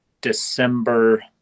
december